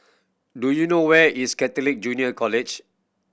do you know where is Catholic Junior College